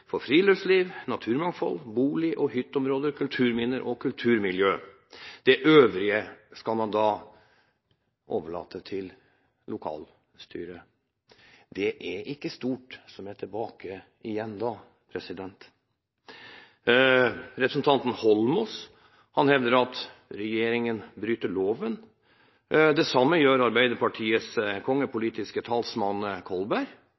for friluftsliv, naturmangfold, bolig og hytteområder, kulturminner og kulturmiljø. Det øvrige skal man da overlate til lokalstyret. Det er ikke stort som er igjen da. Representanten Eidsvoll Holmås hevder at regjeringen bryter loven. Det samme gjør Arbeiderpartiets kongepolitiske talsmann, Kolberg